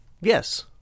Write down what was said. Yes